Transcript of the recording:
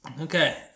Okay